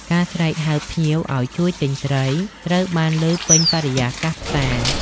ការស្រែកហៅភ្ញៀវឱ្យជួយទិញត្រី ត្រូវបានឮពេញបរិយាកាសផ្សារ។